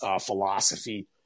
philosophy